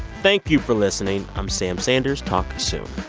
thank you for listening. i'm sam sanders. talk soon